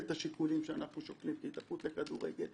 את השיקולים שאנחנו שוקלים כהתאחדות הכדורגל,